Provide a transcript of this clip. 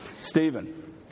Stephen